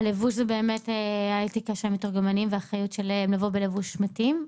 הלבוש זה האתיקה של המתורגמנים ואחריות שלהם לבוא בלבוש מתאים,